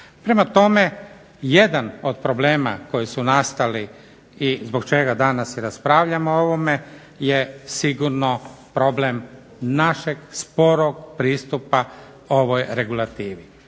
Prema tome, jedan od problema koji su nastali i zbog čega danas raspravljamo o ovome je sigurno problem našeg sporog pristupa ovoj regulativi